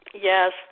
Yes